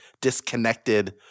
disconnected